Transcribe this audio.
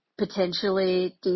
Potentially